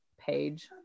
page